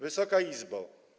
Wysoka Izbo!